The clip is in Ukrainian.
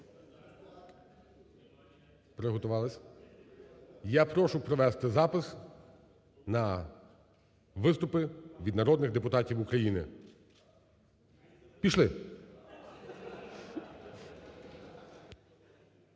Приготувались. Я прошу провести запис на виступи від народних депутатів України. Пішли!